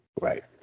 Right